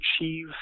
achieve